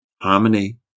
harmony